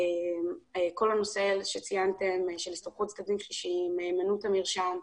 כל הנושא שציינתם, מהימנות המרשם.